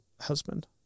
husband